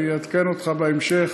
אני אעדכן אותך בהמשך,